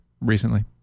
recently